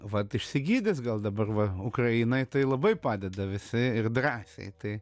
vat išsigydys gal dabar va ukrainai tai labai padeda visi ir drąsiai tai